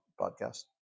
podcast